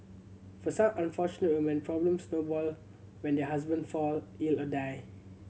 for some unfortunate women problems snowball when their husband fall ill or die